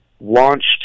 launched